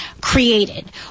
created